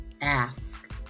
ask